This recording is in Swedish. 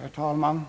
om svar.